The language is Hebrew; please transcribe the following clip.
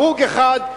הרוג אחד,